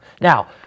Now